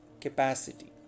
capacity